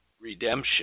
redemption